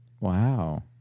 Wow